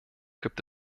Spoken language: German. gibt